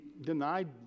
denied